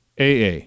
AA